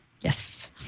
Yes